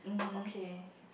okay